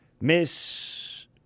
Miss